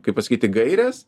kaip pasakyti gaires